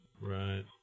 Right